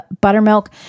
buttermilk